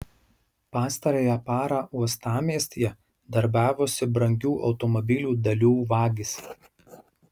pastarąją parą uostamiestyje darbavosi brangių automobilių dalių vagys